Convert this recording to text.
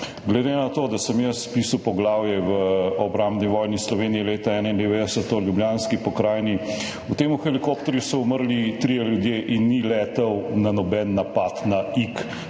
Glede na to, da sem jaz spisal poglavje o Obrambni vojni Slovenije leta 1991 v Ljubljanski pokrajini – v tem helikopterju so umrli trije ljudje in ni letel na noben napad na Ig.